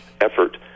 effort